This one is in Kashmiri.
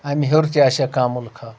امہِ ہیوٚر تہِ آسیا کانٛہہ مُلکہ